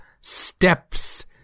steps